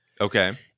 Okay